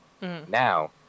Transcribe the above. Now